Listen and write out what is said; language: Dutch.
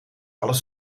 alles